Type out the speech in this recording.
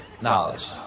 knowledge